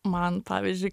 man pavyzdžiui